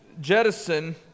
jettison